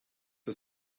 der